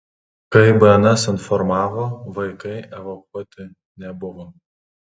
kaip bns informavo vaikai evakuoti nebuvo